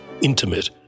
intimate